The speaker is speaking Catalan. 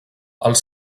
els